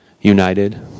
united